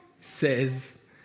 says